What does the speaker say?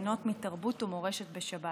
ליהנות מתרבות ומורשת בשבת,